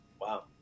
Wow